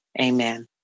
amen